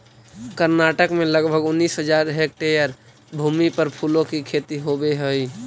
कर्नाटक में लगभग उनीस हज़ार हेक्टेयर भूमि पर फूलों की खेती होवे हई